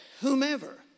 whomever